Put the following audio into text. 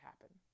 happen